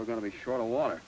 we're going to be short of water